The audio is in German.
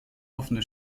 offene